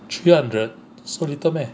three hundred so little meh